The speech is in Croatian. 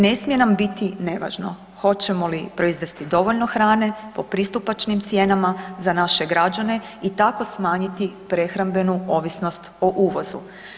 Ne smije nam biti nevažno hoćemo li proizvesti dovoljno hrane po pristupačnim cijenama za naše građane i tako smanjiti prehrambenu ovisnost o uvozu.